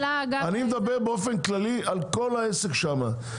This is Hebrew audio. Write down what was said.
אני מדבר באופן כללי על כל העסק שם.